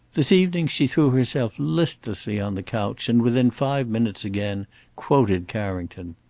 this evening she threw herself listlessly on the couch, and within five minutes again quoted carrington.